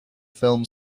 film